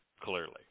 clearly